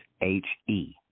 H-E